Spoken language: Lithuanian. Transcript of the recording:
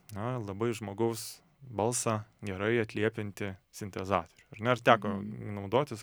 na labai žmogaus balsą gerai atliepiantį sintezatorių ar ne ar teko naudotis